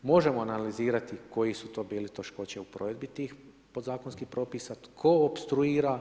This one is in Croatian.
Možemo analizirati koji su to bili teškoće u provedbi tih podzakonskih propisa, tko opstruira.